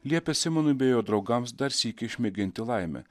liepia simonui bei jo draugams dar sykį išmėginti laimę